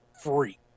free